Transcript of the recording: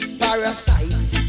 parasite